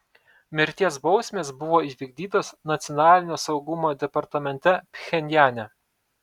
mirties bausmės buvo įvykdytos nacionalinio saugumo departamente pchenjane